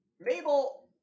Mabel